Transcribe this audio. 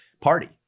Party